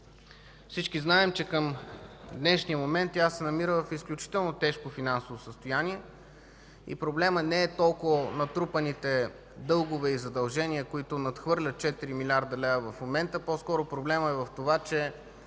Всички знаем, че към днешния момент тя се намира в изключително тежко финансово състояние и проблемът не е толкова в натрупаните дългове и задължения, които надхвърлят 4 млрд. лв. в момента. По-скоро проблемът е в това, че